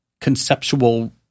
conceptual